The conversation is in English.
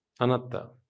Anatta